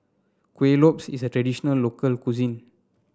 Kuih Lopes is a traditional local cuisine